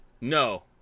No